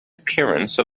appearance